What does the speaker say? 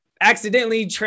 accidentally